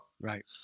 Right